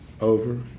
over